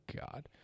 God